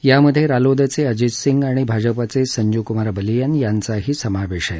यात रालोदचे अजीतसिंग आणि भाजपाचे संजूक्मार बलिअन यांचाही समावेश आहे